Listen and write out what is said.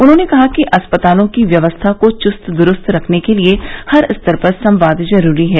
उन्होंने कहा कि अस्पतालों की व्यवस्था को चुस्त दुरूस्त रखने के लिए हर स्तर पर संवाद जरूरी है